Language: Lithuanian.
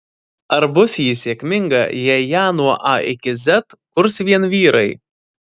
ar bus ji sėkminga jei ją nuo a iki z kurs vien vyrai